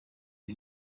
uyu